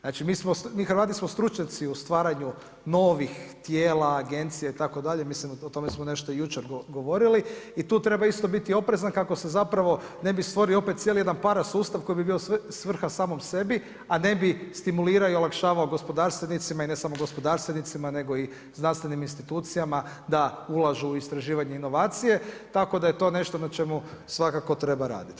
Znači, mi Hrvati smo stručnjaci u stvaranju novih tijela, agencija itd., o tome smo nešto jučer govorili i tu treba isto biti oprezan kako se zapravo ne bi stvorio opet cijeli jedan para sustav koji bi bio svrha samom sebi a ne bi stimulirao i olakšavao gospodarstvenicima i ne samo gospodarstvenicima nego i znanstvenim institucijama da ulažu u istraživanje i inovacije, tako da je to nešto na čemu svakako treba raditi.